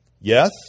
Yes